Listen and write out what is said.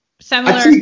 similar